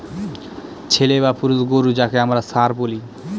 ছেলে বা পুরুষ গোরু যাকে আমরা ষাঁড় বলি